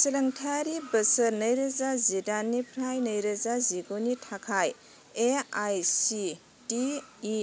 सोलोंथायारि बोसोर नैरोजा जिदाइन निफ्राय नैरोजा जिगुनि थाखाय A I C T E